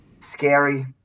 scary